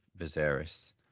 Viserys